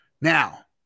Now